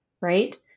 right